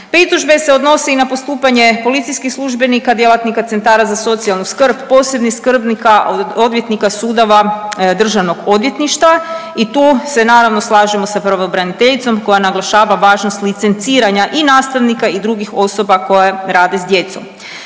Pritužbe se odnose i na postupanje policijskih službenika, djelatnika centara za socijalnu skrb, posebnih skrbnika, odvjetnika, sudova, državnog odvjetništva i tu se naravno slažemo sa pravobraniteljicom koja naglašava važnost licenciranja i nastavnika i drugih osoba koje rade s djecom.